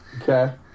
Okay